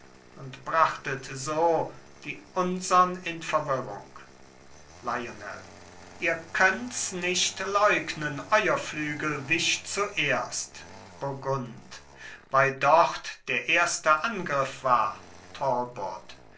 und brachtet so die unsern in verwirrung lionel ihr könnts nicht leugnen euer flügel wich zuerst burgund weil dort der erste angriff war